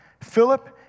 Philip